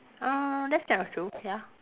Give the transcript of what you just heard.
uh that's kind of true ya